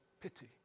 pity